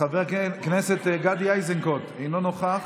חבר הכנסת גדי איזנקוט אינו נוכח,